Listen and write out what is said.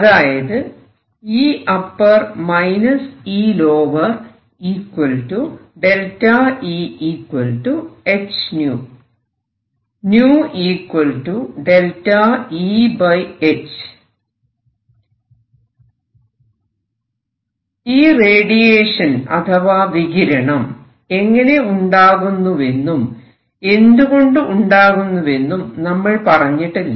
അതായത് ഈ റേഡിയേഷൻ അഥവാ വികിരണം എങ്ങനെ ഉണ്ടാകുന്നുവെന്നും എന്തുകൊണ്ട് ഉണ്ടാകുന്നുവെന്നും നമ്മൾ പറഞ്ഞിട്ടില്ല